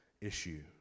issue